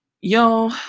Yo